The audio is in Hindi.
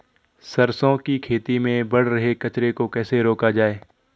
सरसों की खेती में बढ़ रहे कचरे को कैसे रोका जाए?